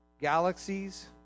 Galaxies